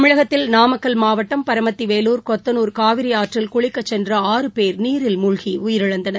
தமிழகத்தில் நாமக்கல் மாவட்டம் பரமத்திவேலூர் கொத்தனூர் காவிரி ஆற்றயில் குளிக்கச் சென்ற ஆறு பேர் நீரில் மூழ்கி உயிரிழந்தனர்